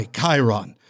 Chiron